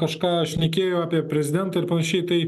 kažką šnekėjo apie prezidentą ir panašiai tai